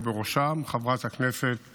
ובראשם חברת הכנסת